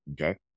okay